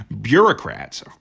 bureaucrats